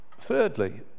Thirdly